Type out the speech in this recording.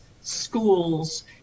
schools